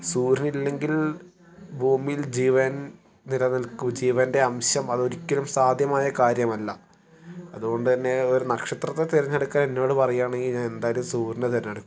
സൂര്യൻ ഇല്ലെങ്കിൽ ഭൂമിയിൽ ജീവൻ നിലനിൽക്കുക ജീവൻ്റെ അംശം അതൊരിക്കലും സാധ്യമായ കാര്യമല്ല അതുകൊണ്ടു തന്നെ ഒരു നക്ഷത്രത്തെ തെരഞ്ഞെടുക്കാൻ എന്നോട് പറയുകയാണെങ്കിൽ ഞാൻ എന്തായാലും സൂര്യനെ തെരഞ്ഞെടുക്കും